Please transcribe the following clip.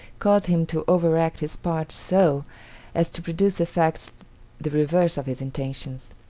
caused him to overact his part so as to produce effects the reverse of his intentions.